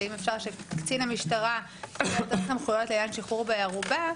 ואם אפשר שלקצין המשטרה יהיו יותר סמכויות לשחרור בערובה,